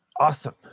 Awesome